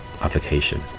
application